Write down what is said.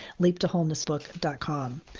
leaptowholenessbook.com